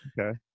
okay